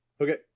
Okay